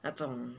那种